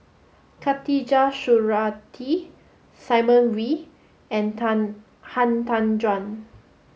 Khatijah Surattee Simon Wee and Tan Han Tan Juan